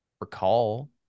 recall